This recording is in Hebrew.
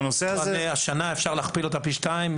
אז אפשר להכפיל את המכסה.